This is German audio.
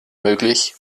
möglich